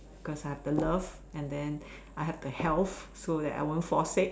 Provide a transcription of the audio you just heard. cause I have the love and then I have the health so that I won't fall sick